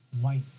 white